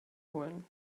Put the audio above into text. holen